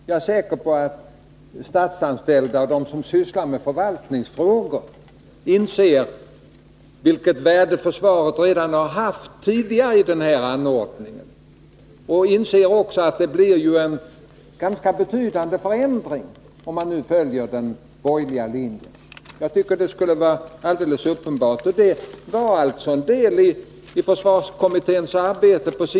Jag är säker på att statsanställda och de som sysslar med förvaltningsfrågor inser hur värdefull den här konstruktionen redan tidigare varit för försvaret och inser att det blir en ytterligare betydande favorisering om man följer den borgerliga linjen. Det borde vara alldeles uppenbart att frågan på sin tid var en del av försvarskommitténs förslag.